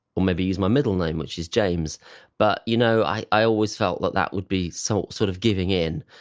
or maybe use my middle name which is james but you know i i always felt that that would be so sort of giving in.